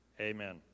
Amen